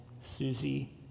Susie